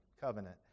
covenant